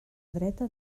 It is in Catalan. dreta